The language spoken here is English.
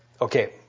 Okay